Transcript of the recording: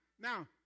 Now